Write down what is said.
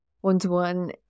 one-to-one